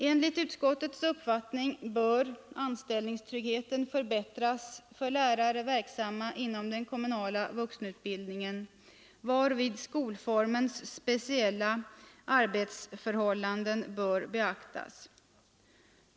Enligt utskottets uppfattning bör anställningstryggheten förbättras för lärare verksamma inom den kommunala vuxenutbildningen, varvid skolformens speciella arbetsförhållanden bör beaktas.